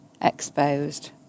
exposed